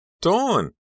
Dawn